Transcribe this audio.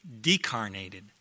decarnated